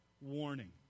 warning